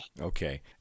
Okay